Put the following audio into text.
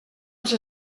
els